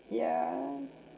yeah